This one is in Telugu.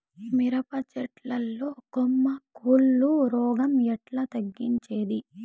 మిరప చెట్ల లో కొమ్మ కుళ్ళు రోగం ఎట్లా తగ్గించేది?